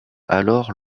alors